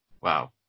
Wow